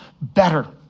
better